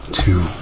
two